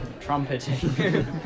trumpeting